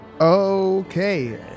Okay